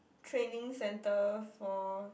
training centre for